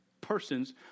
persons